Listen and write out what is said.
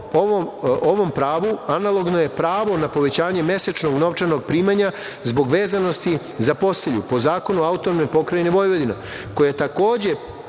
Ovom pravu, analogno je pravo na povećanje mesečnog novčanog primanja, zbog vezanosti za postelju. Po zakonu AP Vojvodine, koje takođe,